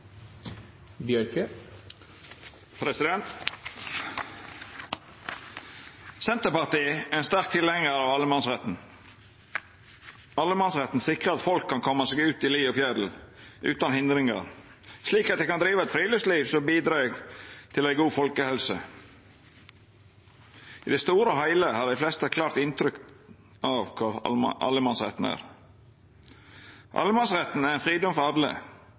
ein sterk tilhengjar av allemannsretten. Allemannsretten sikrar at folk kan koma seg ut i li og fjell utan hindringar, slik at ein kan driva eit friluftsliv som bidreg til god folkehelse. I det store og heile har dei fleste eit klart inntrykk av kva allemannsretten er. Allemannsretten er ein fridom for